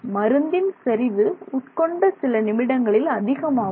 மருந்தின் செறிவு உட்கொண்ட சில நிமிடங்களில் அதிகமாகும்